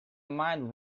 mind